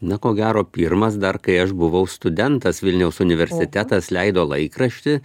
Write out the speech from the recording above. na ko gero pirmas dar kai aš buvau studentas vilniaus universitetas leido laikraštį